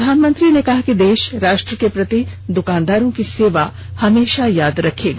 प्रधानमंत्री ने कहा कि देश राष्ट्र के प्रति दुकानदारों की सेवा हमेशा याद रखेगा